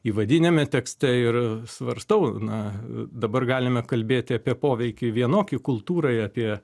įvadiniame tekste ir svarstau na dabar galime kalbėti apie poveikį vienokį kultūrai apie